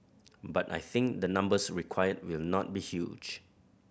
but I think the numbers required will not be huge